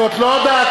זאת לא דעתכם.